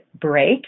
break